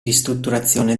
ristrutturazione